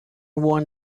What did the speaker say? won